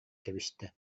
кэбистэ